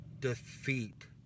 defeat